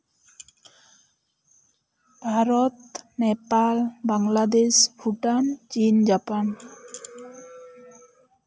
ᱵᱷᱟᱨᱚᱛ ᱱᱮᱯᱟᱞ ᱵᱟᱝᱞᱟᱫᱮᱥ ᱵᱷᱩᱴᱟᱱ ᱪᱤᱱ ᱡᱟᱯᱟᱱ